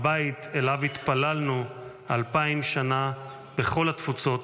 הבית שאליו התפללנו אלפיים שנה בכל התפוצות,